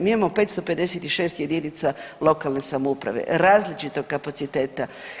Mi imamo 556 jedinica lokalne samouprave, različitog kapaciteta.